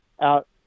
out